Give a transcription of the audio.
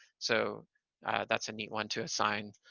so that's a neat one to assign